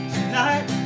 Tonight